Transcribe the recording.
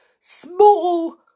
small